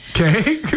Okay